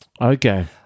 Okay